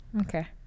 okay